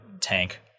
tank